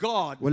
God